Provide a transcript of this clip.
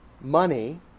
money